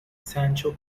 sancho